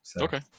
Okay